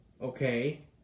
Okay